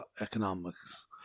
economics